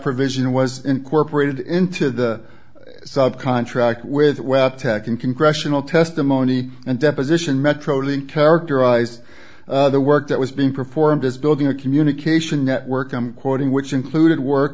provision was incorporated into the sub contract with well attacking congressional testimony and deposition metrolink characterize the work that was being performed as building a communication network i'm quoting which included work